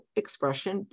expression